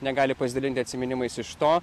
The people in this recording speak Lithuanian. negali pasidalinti atsiminimais iš to